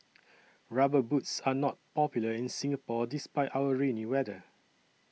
rubber boots are not popular in Singapore despite our rainy weather